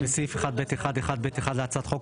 בסעיף 1(ב1)(1)(ב)(1) להצעת החוק,